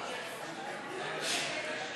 146) (חלוקת הכנסות),